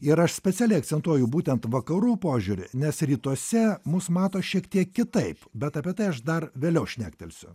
ir aš specialiai akcentuoju būtent vakarų požiūrį nes rytuose mus mato šiek tiek kitaip bet apie tai aš dar vėliau šnektelsiu